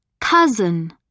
cousin